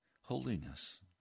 holiness